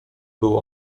był